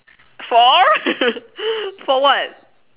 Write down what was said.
for for what